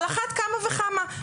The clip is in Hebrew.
על אחת כמה וכמה,